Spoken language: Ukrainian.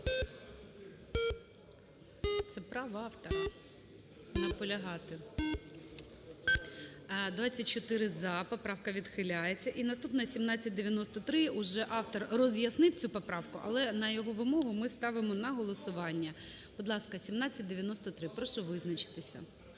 Це право автора – наполягати. 13:26:25 За-24 Поправка відхиляється. І наступна – 1793. Уже автор роз'яснив цю поправку. Але на його вимогу ми ставимо на голосування. Будь ласка, 1793, прошу визначитися.